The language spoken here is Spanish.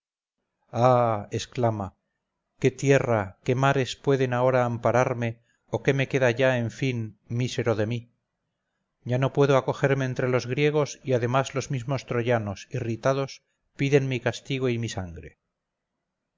ah exclama qué tierra qué mares pueden ahora ampararme o qué me queda ya en fin mísero de mí ya no puedo acogerme entre los griegos y además los mismos troyanos irritados piden mi castigo y mi sangre